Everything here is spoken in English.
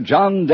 John